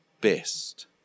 best